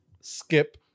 skip